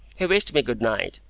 he wished me good-night,